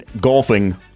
golfing